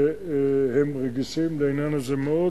והם רגישים לעניין הזה מאוד.